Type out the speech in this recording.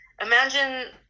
Imagine